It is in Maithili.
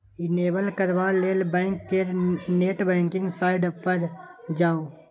इनेबल करबा लेल बैंक केर नेट बैंकिंग साइट पर जाउ